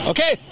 Okay